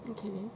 okay